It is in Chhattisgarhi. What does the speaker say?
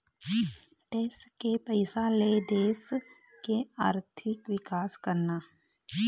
टेक्स के पइसा ले देश के आरथिक बिकास करना